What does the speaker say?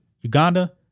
Uganda